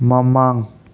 ꯃꯃꯥꯡ